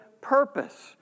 purpose